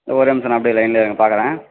ஒரே நிமிஷண்ணா அப்படியே லைன்ல இருங்கள் பார்க்கறேன்